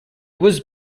was